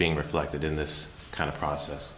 being reflected in this kind of process